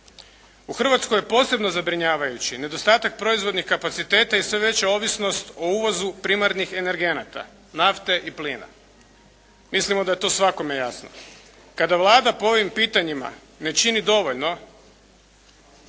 U Hrvatskoj je posebno zabrinjavajući nedostatak proizvodnih kapaciteta i sve veća ovisnost o uvozu primarnih energenata, nafte i plina. Mislimo da je to svakome jasno. Kada Vlada po ovim pitanjima ne čini dovoljno,